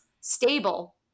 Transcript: stable